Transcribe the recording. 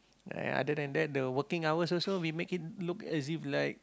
uh other than that the working hours also we make it looks as if like